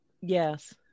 yes